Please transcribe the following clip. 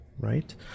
right